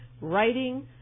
writing